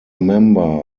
member